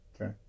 Okay